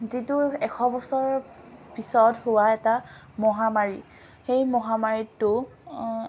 যিটো এশ বছৰৰ পিছত হোৱা এটা মহামাৰী সেই মহামাৰীতটো